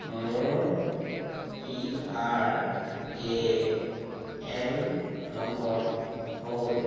মোৰ P R A N number হ'ল